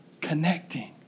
connecting